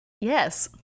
Yes